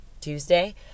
Tuesday